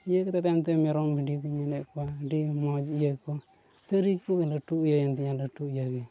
ᱤᱭᱟᱹ ᱠᱟᱛᱮᱫ ᱛᱟᱭᱚᱢ ᱛᱮ ᱢᱮᱨᱚᱢ ᱵᱷᱤᱰᱤ ᱠᱚᱧ ᱧᱮᱞᱮᱫ ᱠᱚᱣᱟ ᱟᱹᱰᱤ ᱢᱚᱡᱽ ᱤᱭᱟᱹ ᱠᱚ ᱥᱟᱹᱨᱤ ᱠᱚ ᱞᱟᱹᱴᱩᱭᱮᱱ ᱛᱤᱧᱟᱹ ᱞᱟᱹᱴᱩ ᱤᱭᱟᱹ ᱜᱮ